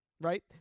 right